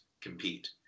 compete